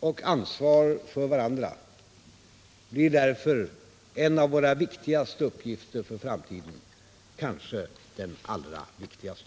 och ansvar för varandra blir därför en av våra viktigaste uppgifter för framtiden, kanske den allra viktigaste.